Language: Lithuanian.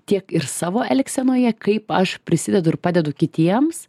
tiek ir savo elgsenoje kaip aš prisidedu ir padedu kitiems